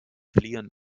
fliehen